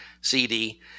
CD